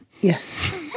Yes